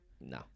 No